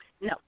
No